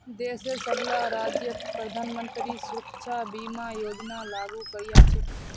देशेर सबला राज्यत प्रधानमंत्री सुरक्षा बीमा योजना लागू करील छेक